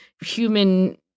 human